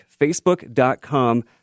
facebook.com